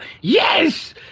Yes